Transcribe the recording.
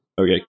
okay